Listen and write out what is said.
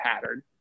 pattern